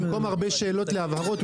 במקום הרבה שאלות להבהרות,